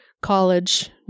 College